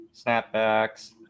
snapbacks